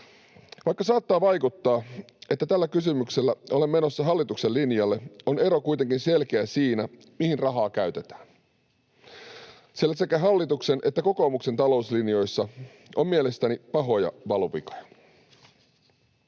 Vaikka saattaa vaikuttaa, että tällä kysymyksellä olen menossa hallituksen linjalle, on ero kuitenkin selkeä siinä, mihin rahaa käytetään, sillä sekä hallituksen että kokoomuksen talouslinjoissa on mielestäni pahoja valuvikoja.